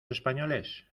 españoles